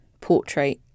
portrait